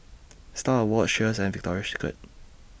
STAR Awards Cheers and Victoria Secret